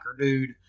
dude